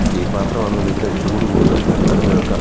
steel പാത്രമാണെന്നുണ്ടെങ്കിൽ ചൂട് കൂട്തല് കറണ്ട് അടുപ്പിൽ വയ്ക്കാം